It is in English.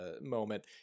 moment